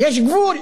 יש גבול.